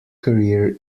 career